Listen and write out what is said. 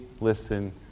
listen